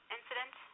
Incident